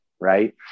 right